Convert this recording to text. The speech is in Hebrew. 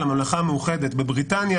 לממלכה המאוחדת בבריטניה